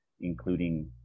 including